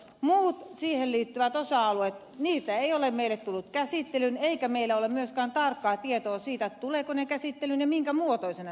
muut siihen liittyvät osa alueet eivät ole meille tulleet käsittelyyn eikä meillä ole myöskään tarkkaa tietoa siitä tulevatko ne käsittelyyn ja minkä muotoisena ne tulevat käsittelyyn